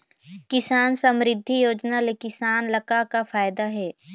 किसान समरिद्धि योजना ले किसान ल का का फायदा हे?